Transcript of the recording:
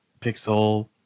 pixel